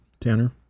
Tanner